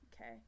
Okay